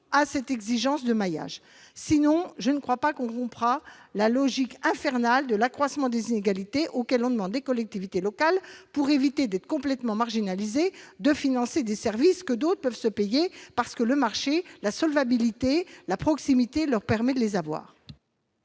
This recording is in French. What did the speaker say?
à cette exigence. Sinon, nous ne parviendrons pas à rompre la logique infernale de l'accroissement des inégalités, dans laquelle on demande aux collectivités locales, pour éviter d'être complètement marginalisées, de financer des services que d'autres peuvent se payer parce que le marché, la solvabilité, la proximité le leur permettent.